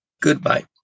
Goodbye